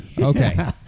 Okay